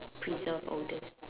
preserve all these